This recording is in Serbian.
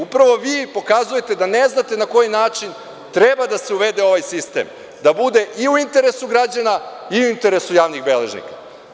Upravo vi pokazujete da ne znate na koji način treba da se uvede ovaj sistem da bude i u interesu građana i u interesu javnih beležnika.